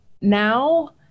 now